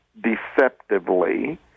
deceptively